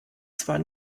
zwar